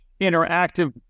interactive